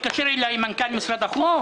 התקשר אליי מנכ"ל משרד החוץ.